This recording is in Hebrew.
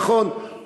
נכון,